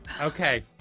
Okay